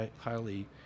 highly